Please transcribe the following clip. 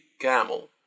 camel